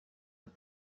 und